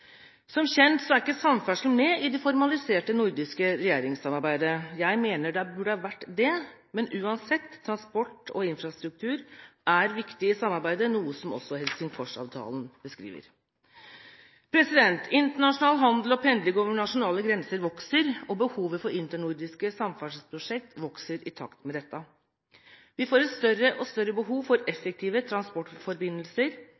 Som kjent er ikke samferdsel med i det formaliserte nordiske regjeringssamarbeidet. Jeg mener det burde vært det, men uansett – transport og infrastruktur er viktig i samarbeidet, noe som også Helsingforsavtalen beskriver. Internasjonal handel og pendling over nasjonale grenser vokser, og behovet for internordiske samferdselsprosjekter vokser i takt med dette. Vi får et større og større behov for